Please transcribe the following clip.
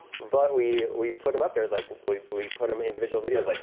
but we we put em up there as like we but we put em individual videos, like